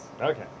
Okay